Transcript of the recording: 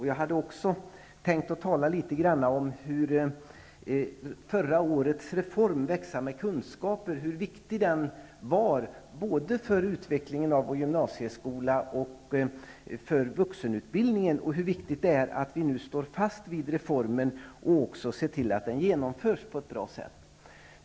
Jag hade också tänkt tala litet grand om hur viktig förra årets reform, Växa med kunskaper, var både för utvecklingen av gymnasieskolan och för vuxenutbildningen, och hur viktigt det är att vi nu står fast vid reformen och ser till att den genomförs på ett bra sätt.